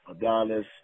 Adonis